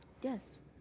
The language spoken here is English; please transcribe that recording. Yes